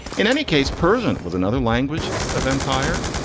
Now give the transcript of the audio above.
in any case, prison was another language of empire.